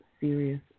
Serious